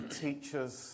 teachers